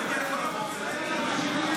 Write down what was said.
למה אתם כל כך רותחים שקראו לכם "עמי הארצות"?